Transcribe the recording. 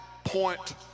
point